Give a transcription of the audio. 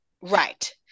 right